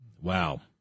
Wow